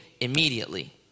immediately